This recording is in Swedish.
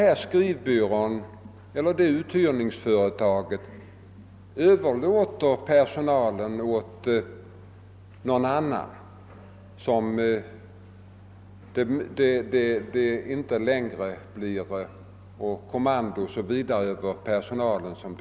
Hinder uppkommer bara när uthyrningsföretaget i fråga kan anses överlåta sin personal till någon annan firma som då övertar kommandot över personalen.